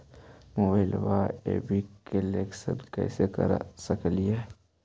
Mobile application कैसे कर सकेली?